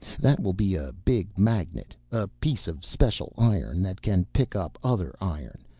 that will be a big magnet, a piece of special iron that can pick up other iron,